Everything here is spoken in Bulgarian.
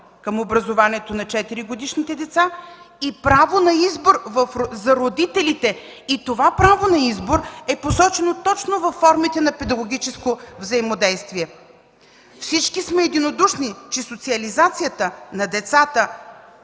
към образованието на четиригодишните деца и право на избор за родителите, и това право на избор е посочено точно във формите на педагогическо взаимодействие. Всички сме единодушни, че социализацията на децата